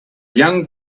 young